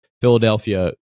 Philadelphia